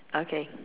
okay